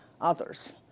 others